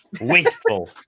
Wasteful